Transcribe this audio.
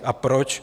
A proč?